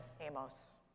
Amos